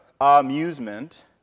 amusement